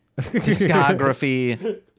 Discography